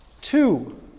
Two